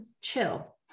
chill